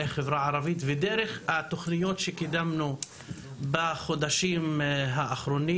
החברה הערבית ודרך התוכניות שקידמנו בחודשים האחרונים.